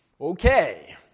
okay